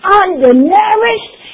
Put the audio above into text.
undernourished